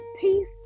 Peace